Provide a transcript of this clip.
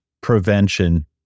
prevention